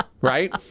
Right